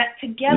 together